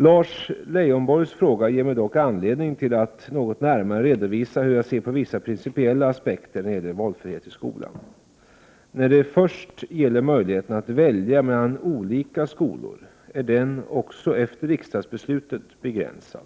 Lars Leijonborgs fråga ger mig dock anledning till att något närmare redovisa hur jag ser på vissa principiella aspekter när det gäller valfrihet i skolan. När det först gäller möjligheten att välja mellan olika skolor är den också efter riksdagsbeslutet begränsad.